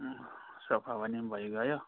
अँ सोफा पनि भइगयो